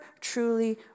truly